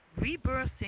rebirthing